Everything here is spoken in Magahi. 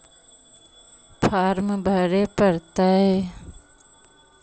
फार्म भरे परतय?